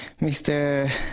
Mr